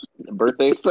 Birthday